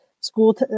school